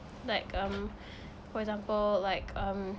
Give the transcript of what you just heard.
like um for example like um